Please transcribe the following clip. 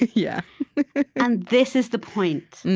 yeah and this is the point.